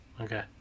okay